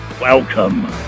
Welcome